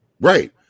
Right